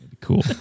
cool